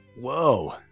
Whoa